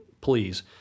please